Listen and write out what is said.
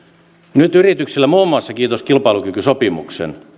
nyt yrityksillä muun muassa kiitos kilpailukykysopimuksen